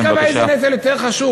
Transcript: אז מי קבע איזה נטל יותר חשוב?